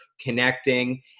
connecting